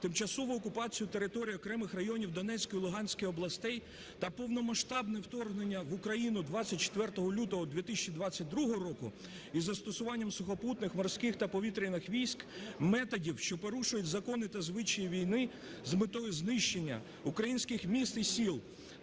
тимчасової окупації території окремих районів Донецької, Луганської областей та повномасштабне вторгнення в Україну 24 лютого 2022 року із застосуванням сухопутних, морських та повітряних військ, методів, що порушують закони та звичаї війни з метою знищення українських міст і сіл